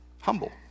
Humble